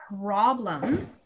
problem